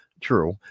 true